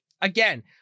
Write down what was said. again